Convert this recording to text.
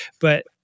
But-